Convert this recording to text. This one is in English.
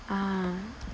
ah